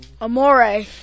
Amore